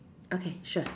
okay sure